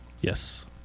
Yes